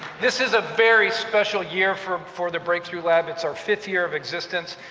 this is a very special year for for the breakthrough lab. it's our fifth year of existence.